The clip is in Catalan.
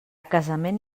casament